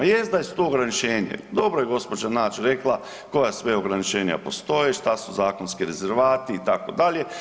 Jest da su to ograničenje, dobro je gđa. Nađ rekla koja sve ograničenja postoje i šta su zakonski rezervati itd.